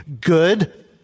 good